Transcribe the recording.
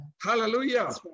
Hallelujah